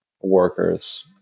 workers